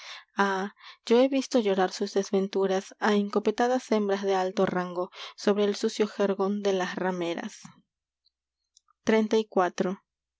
yo hevisto llorar sus desventuras encopetadas hembras de alto rango jergón de las rameras